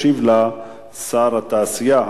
ישיב לה שר התעשייה,